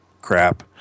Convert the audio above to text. crap